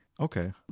Okay